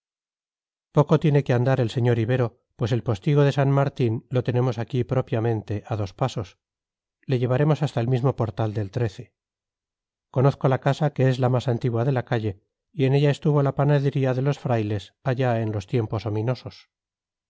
poco tiene que andar el sr ibero pues el postigo de san martín lo tenemos aquí propiamente a dos pasos le llevaremos hasta el mismo portal del conozco la casa que es la más antigua de la calle y en ella estuvo la panadería de los frailes allá en los tiempos ominosos